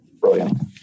Brilliant